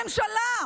הממשלה?